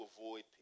avoid